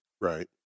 Right